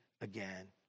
again